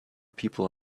people